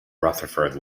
rutherford